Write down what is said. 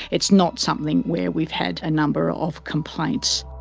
it's not something where we've had a number of complaints.